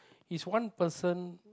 he's one person